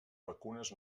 vacunes